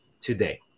today